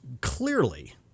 Clearly